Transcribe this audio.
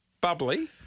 Bubbly